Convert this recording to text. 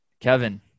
Kevin